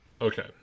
Okay